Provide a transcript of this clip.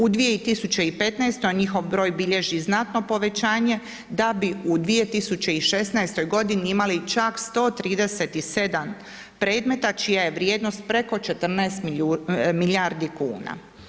U 2015. njihov broj bilježi znatno povećanje da bi u 2016. godini imali čak 137 predmeta čija je vrijednost preko 14 milijardi kuna.